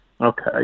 okay